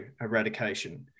eradication